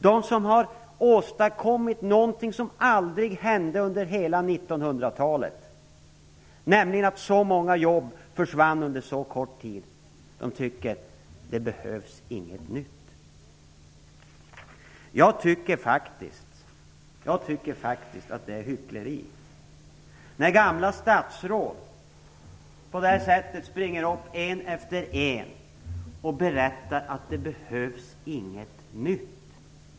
De som har åstadkommit någonting som inte har hänt tidigare under hela 1900-talet - jag tänker då på att så många jobb försvann under så kort tid - tycker att det inte behövs någonting nytt. Jag tycker faktiskt att det är hyckleri när gamla statsråd på det här sättet en efter en springer upp i talarstolen och berättar att det inte behövs någonting nytt.